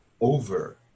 over